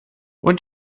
und